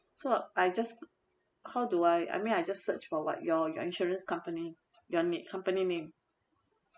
so I just how do I I mean I just search for what your your insurance company your na~ company name